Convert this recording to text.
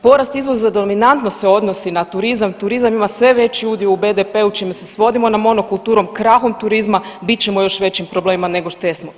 Poraz izvoza dominantno se odnosi na turizam, turizam ima sve veći udio u BDP-u čime se svodimo na monokulturu, krahom turizma bit ćemo u još većim problemima nego što jesmo.